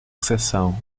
recepção